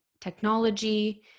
technology